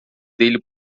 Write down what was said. dele